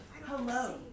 Hello